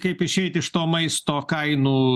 kaip išeit iš to maisto kainų